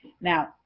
Now